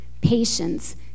patience